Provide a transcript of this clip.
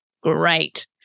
great